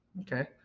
Okay